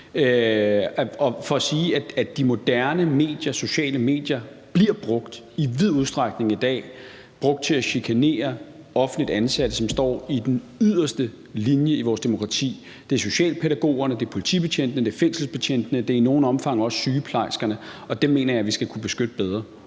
for at sige, at de moderne medier, de sociale medier, i dag i vid udstrækning bliver brugt til at chikanere offentligt ansatte, som står i den yderste linje i vores demokrati. Det er socialpædagogerne, det er politibetjentene, og det er fængselsbetjente, og det er i noget omfang også sygeplejerskerne, og dem mener jeg at vi skal kunne beskytte bedre.